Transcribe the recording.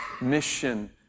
mission